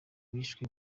yishwe